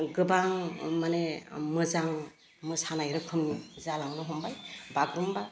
गोबां माने मोजां मोसानाय रोखोम जालांनो हमबाय बागुरुम्बा